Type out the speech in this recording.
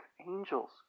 angels